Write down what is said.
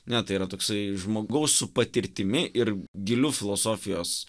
ne tai yra toksai žmogaus su patirtimi ir giliu filosofijos